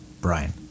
Brian